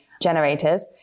generators